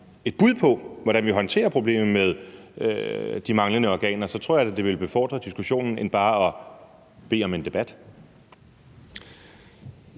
et bud på, hvordan vi håndterer problemet med de manglende organer? Så tror jeg da, det ville befordre diskussionen frem for bare at bede om en debat.